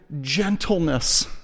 gentleness